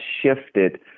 shifted